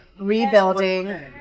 rebuilding